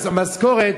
המשכורת,